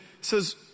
says